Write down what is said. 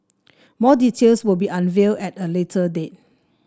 more details will be unveiled at a later date